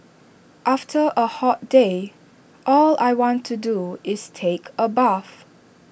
after A hot day all I want to do is take A bath